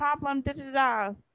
problem